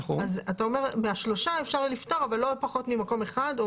אתה אומר שמהשלושה אפשר יהיה לפטור אבל שלא יהיה פחות ממקום אחד.